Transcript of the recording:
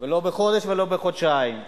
ולא בחודש ולא בחודשיים.